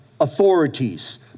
authorities